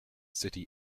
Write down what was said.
city